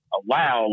allow